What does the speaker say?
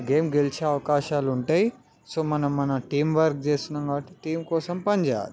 game గెలిచే అవకాశాలు ఉంటయి సో మనం మన టీంవర్క్ చేస్తున్నాము కాబట్టి టీం కోసం పనిచెయ్యాలి